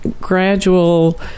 gradual